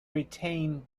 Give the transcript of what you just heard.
retain